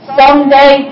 someday